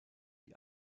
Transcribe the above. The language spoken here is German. die